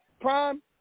prime